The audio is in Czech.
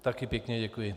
Taky pěkně děkuji.